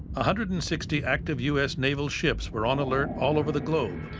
hundred and sixty active u s. naval ships were on alert all over the globe.